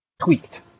tweaked